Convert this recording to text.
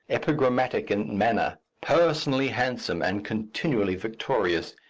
epigrammatic in manner, personally handsome and continually victorious.